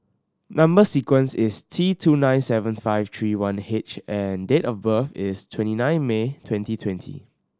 number sequence is T two nine seven five three one eight H and date of birth is twenty nine May twenty twenty